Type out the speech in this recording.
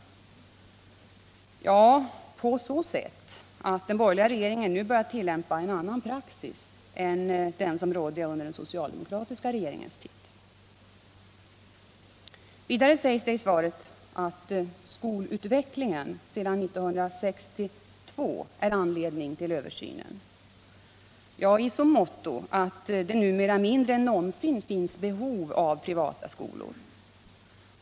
Ja, på så sätt att den borgerliga regeringen nu börjar tillämpa en annan praxis än den som rådde under den socialdemokratiska regeringens tid. Vidare sägs i svaret att skolväsendets utveckling sedan 1962 är en anledning till översynen. Ja, i så måtto att det numera mindre än någonsin finns behov av privata skolor.